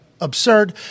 absurd